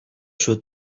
should